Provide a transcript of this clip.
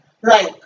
Right